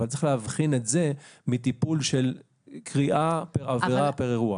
אבל צריך להבחין את זה מטיפול של קריאה פר עבירה או אירוע.